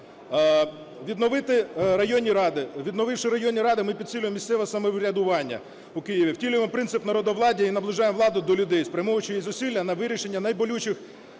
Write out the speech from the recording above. Відновивши районні ради, ми підсилюємо місцеве самоврядування в Києві, втілюємо принцип народовладдя і наближаємо владу до людей, спрямовуючи її зусилля на вирішення найболючіших